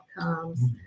outcomes